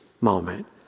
moment